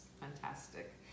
fantastic